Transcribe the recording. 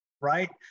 right